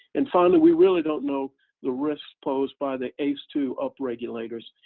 and finally we really don't know the risks posed by the ace two upregulators,